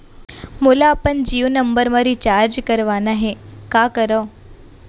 मोला अपन जियो नंबर म रिचार्ज करवाना हे, का करव?